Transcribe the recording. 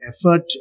effort